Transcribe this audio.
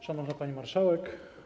Szanowna Pani Marszałek!